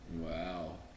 Wow